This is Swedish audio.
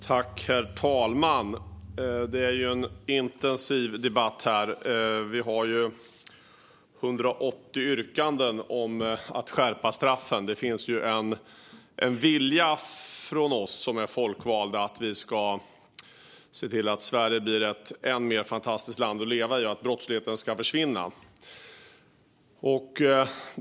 Herr talman! Det är en intensiv debatt det här. Vi har behandlat ca 180 yrkanden om att skärpa straffen. Det finns en vilja hos oss folkvalda att se till att Sverige blir ett än mer fantastiskt land att leva i och att brottsligheten ska försvinna.